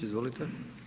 Izvolite.